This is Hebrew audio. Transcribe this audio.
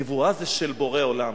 נבואה זה של בורא עולם.